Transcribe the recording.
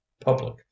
public